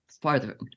farther